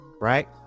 right